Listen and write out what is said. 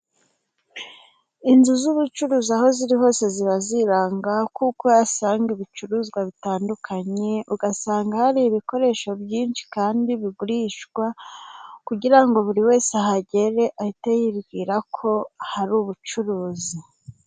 Inzu z'ubucuruzi aho ziri hose zira ziranga, kuko uhasanga ibicuruzwa bitandukanye ,ugasanga hari ibikoresho byinshi kandi bigurishwa ,kugira ngo buri wese ahagere ahite yibwira ko hari ubucuruzi.